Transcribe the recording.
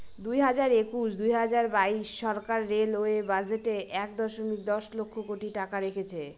দুই হাজার একুশ দুই হাজার বাইশ সরকার রেলওয়ে বাজেটে এক দশমিক দশ লক্ষ কোটি টাকা রেখেছে